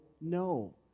no